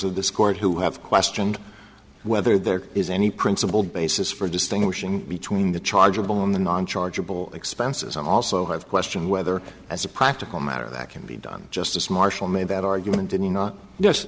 this court who have questioned whether there is any principled basis for distinguishing between the chargeable and the non chargeable expenses and also have question whether as a practical matter that can be done justice marshall made that argument did not yes